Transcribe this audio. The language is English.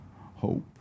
hope